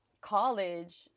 college